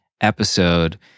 episode